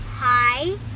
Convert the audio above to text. Hi